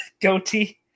goatee